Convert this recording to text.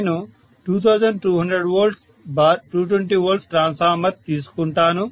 నేను 2200220V transformer తీసుకుంటాను